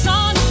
on